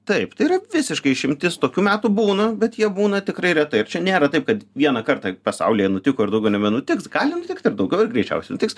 taip tai yra visiškai išimtis tokių metų būna bet jie būna tikrai retai ir čia nėra taip kad vieną kartą pasaulyje nutiko ir daugiau nebenutiks gali nutikti ir daugiau ir greičiausiai nutiks